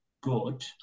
good